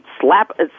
slap